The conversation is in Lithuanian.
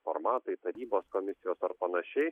formatai tarybos komisijos ar panašiai